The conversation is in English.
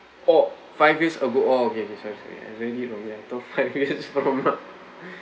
oh five years ago oh okay okay sorry sorry I read it wrong ya I thought five years from now